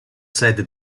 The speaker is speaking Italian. sede